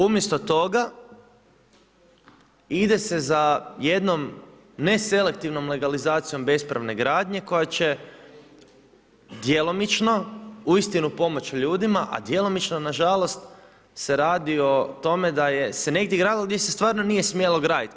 Umjesto toga ide se za jednom neselektivnom legalizacijom bespravne gradnje koja će djelomično uistinu pomoć ljudima, a djelomično nažalost se radi o tome da je se negdje gradilo gdje se stvarno nije smjelo graditi.